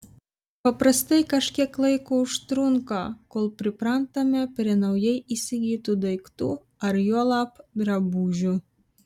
paprastai kažkiek laiko užtrunka kol priprantame prie naujai įsigytų daiktų ar juolab drabužių